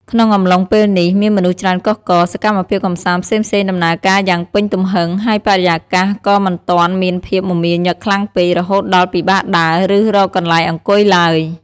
ក្នុងអំឡុងពេលនេះ មានមនុស្សច្រើនកុះករ សកម្មភាពកម្សាន្តផ្សេងៗដំណើរការយ៉ាងពេញទំហឹង ហើយបរិយាកាសក៏មិនទាន់មានភាពមមាញឹកខ្លាំងពេក រហូតដល់ពិបាកដើរ ឬរកកន្លែងអង្គុយឡើយ។